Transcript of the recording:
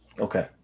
Okay